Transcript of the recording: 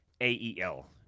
A-E-L